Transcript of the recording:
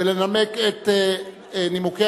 ולנמק את נימוקי